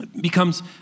becomes